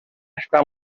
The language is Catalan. està